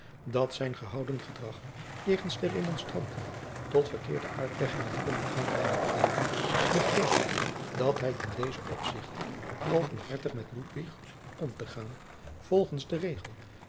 dat zijn gehouden gedrag jegens de remonstranten tot verkeerde uitleggingen konde aanleiding geven begreep hij dat hij ten dezen opzigte openhartig met ludwig om te gaan volgens den regel